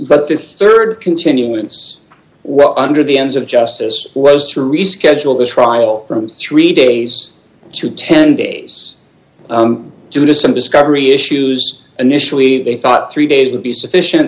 but the rd continuance well under the ends of justice was to reschedule the trial from three days to ten days due to some discovery issues an initially they thought three days would be sufficient